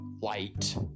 light